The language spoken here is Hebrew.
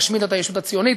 להשמיד את הישות הציונית,